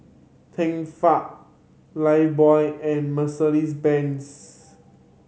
Tefal Lifebuoy and Mercedes Benz